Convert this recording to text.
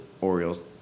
Orioles